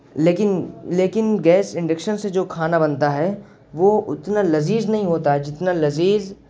لیکن لیکن gas induction سے جو کھانا بنتا ہے وہ اتنا لذیذ نہیں ہوتا جتنا لذیذ